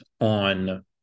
on